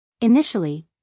Initially